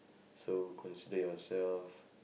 so consider yourself